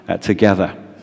together